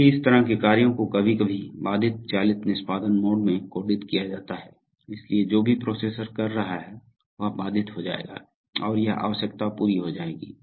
इसलिए इस तरह के कार्यों को कभी कभी बाधित चालित निष्पादन मोड में कोडित किया जाता है इसलिए जो भी प्रोसेसर कर रहा है वह बाधित हो जाएगा और यह आवश्यकता पूरी हो जाएगी